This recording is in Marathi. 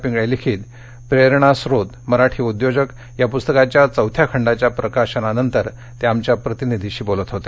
पिंगळे लिखीतप्रेरणास्त्रोतः मराठी उद्योजक या पुस्तकाच्या चौथ्या खंडाच्या प्रकाशनानंतर ते आमच्या प्रतिनिधीशी बोलत होते